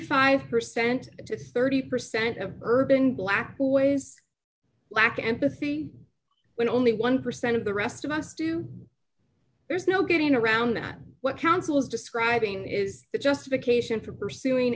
five percent to thirty percent of urban black boys lack empathy when only one percent of the rest of us do there's no getting around that what counsel describing is the justification for pursuing